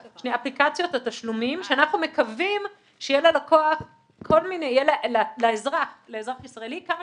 התשלומים שאנחנו מקווים שיהיה לאזרח ישראלי כמה